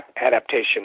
adaptation